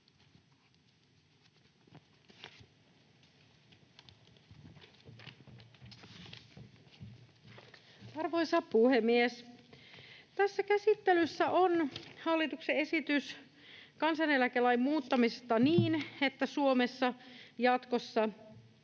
Arvoisa puhemies! Käsittelyssä on hallituksen esitys kansaneläkelain muuttamisesta niin, että Suomessa jatkossa